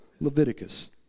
Leviticus